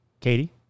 Katie